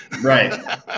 right